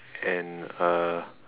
and uh